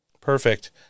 Perfect